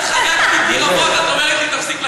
ואחר כך את אומרת לי תפסיק,